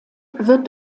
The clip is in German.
wird